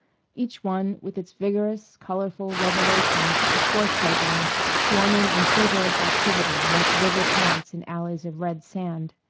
each one with its vigorous colorful revelation of poor children swarming in feverish activity like vivid ants in alleys of red sand.